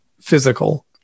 physical